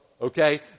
Okay